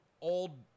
old